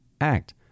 act